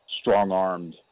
strong-armed